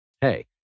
hey